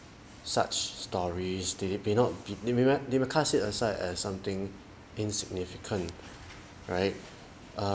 such stories did it be not be they may may they may cast it aside as something insignificant right err